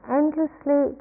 endlessly